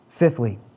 Fifthly